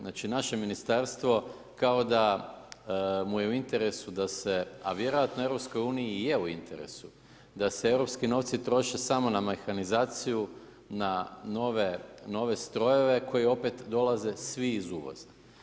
Znači naše ministarstvo kao da mu je u interesu da se, a vjerojatno EU i je u interesu da se europski novci troše samo na mehanizaciju, na nove strojeve koji opet dolaze svi iz uvoza.